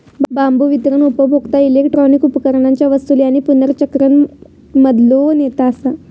बांबू वितरण उपभोक्ता इलेक्ट्रॉनिक उपकरणांच्या वसूली आणि पुनर्चक्रण मधलो नेता असा